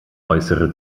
äußere